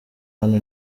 hano